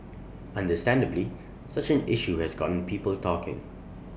understandably such an issue has gotten people talking